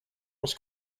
was